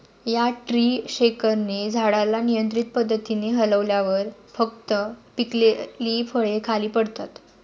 या ट्री शेकरने झाडाला नियंत्रित पद्धतीने हलवल्यावर फक्त पिकलेली फळे खाली पडतात